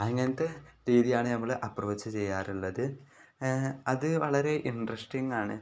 അങ്ങനത്തെ രീതിയാണ് നമ്മൾ അപ്പ്രോച്ച് ചെയ്യാറുള്ളത് അത് വളരെ ഇൻട്രസ്റ്റിംഗ് ആണ്